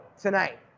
tonight